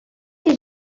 you